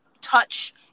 touch